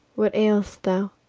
what ail'st thou?